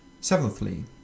Seventhly